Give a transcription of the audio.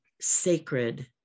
sacred